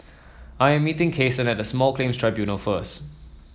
I am meeting Cason at the Small Claims Tribunals first